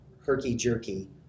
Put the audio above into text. herky-jerky